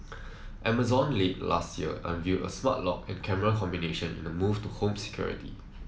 Amazon late last year unveiled a smart lock and camera combination in a move into home security